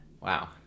Wow